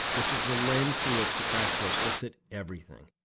which is the lens through which the crash course looks at everything.